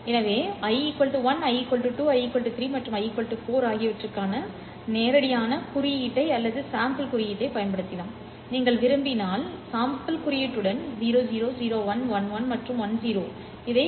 எனவே இவை i 1 i 2 i 3 மற்றும் i 4 ஆகியவற்றுக்கானது நீங்கள் நேரான குறியீட்டை அல்லது சாம்பல் குறியீட்டைப் பயன்படுத்தலாம் என நீங்கள் விரும்பினால் சாம்பல் குறியீட்டுடன் இது 00 01 11 மற்றும் 10 ஆகும் அது சரி